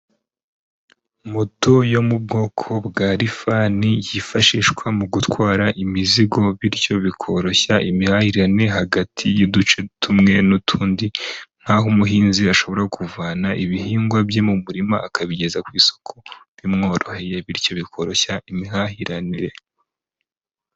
Moto yo mu bwoko bwa rifani, yifashishwa mu gutwara imizigo, bityo bikoroshya imihahirane hagati y'uduce tumwe n'utundi, nk'aho umuhinzi ashobora kuvana ibihingwa bye mu murima, akabigeza ku isoko bimworoheye, bityo bikoroshya imihahiranire.